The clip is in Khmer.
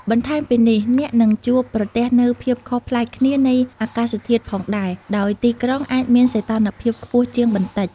បន្ថែមពីនេះ អ្នកនឹងជួបប្រទះនូវភាពខុសប្លែកគ្នានៃអាកាសធាតុផងដែរដោយទីក្រុងអាចមានសីតុណ្ហភាពខ្ពស់ជាងបន្តិច។